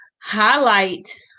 highlight